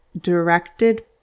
directed